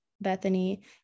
Bethany